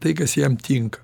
tai kas jiem tinka